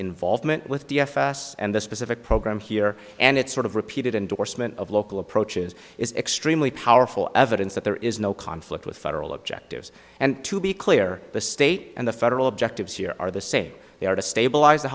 involvement with d f s and the specific program here and it sort of repeated endorsement of local approaches is extremely powerful evidence that there is no conflict with federal objectives and to be clear the state and the federal objectives here are the say they are to stabilize the